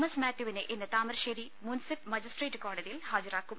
S മാത്യുവിനെ ഇന്ന് Thamarassery munsiff magistrate കോടതിയിൽ ഹാജരാക്കും